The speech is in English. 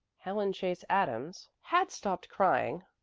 helen chase adams had stopped crying,